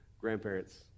grandparents